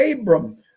Abram